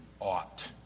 ought